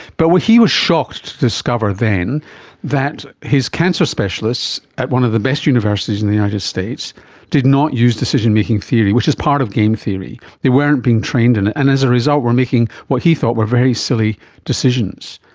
but he was shocked to discover then that his cancer specialists at one of the best universities in the united states did not use decision-making theory, which is part of game theory, they weren't being trained in it, and as a result were making what he thought were very silly decisions.